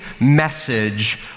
message